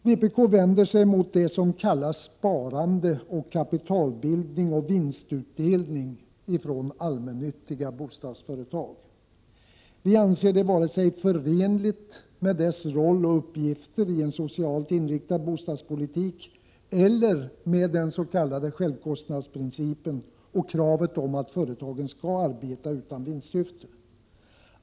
Vpk vänder sig mot det som kallas sparande och kapitalbildning och vinstutdelning från allmännyttiga bostadsföretag. Vi anser det inte förenligt vare sig med deras roll och uppgifter i en socialt inriktad bostadspolitik eller med dens.k. självkostnadsprincipen och kravet om att företagen skall arbeta utan vinstsyfte.